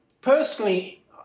personally